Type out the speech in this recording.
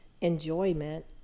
enjoyment